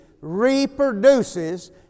reproduces